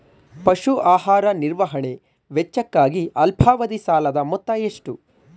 ಪಶು ಆಹಾರ ನಿರ್ವಹಣೆ ವೆಚ್ಚಕ್ಕಾಗಿ ಅಲ್ಪಾವಧಿ ಸಾಲದ ಮೊತ್ತ ಎಷ್ಟು?